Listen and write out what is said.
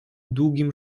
długim